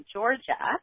Georgia